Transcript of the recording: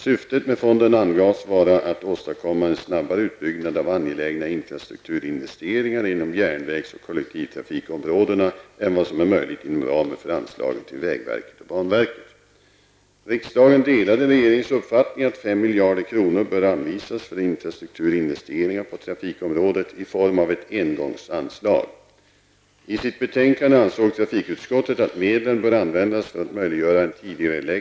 Syftet med fonden angavs vara att åstadkomma en snabbare utbyggnad av angelägna infrastrukturinvesteringar inom järnvägs och kollektivtrafikområdena än vad som är möjligt inom ramen för anslagen till vägverket och banverket. miljarder kronor bör anvisas för infrastrukturinvesteringar på trafikområdet i form av ett engångsanslag.